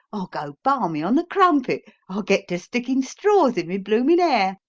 i'll go balmy on the crumpet i'll get to stickin' straws in my bloomin' air!